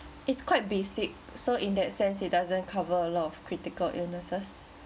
it's quite basic so in that sense it doesn't cover a lot of critical illnesses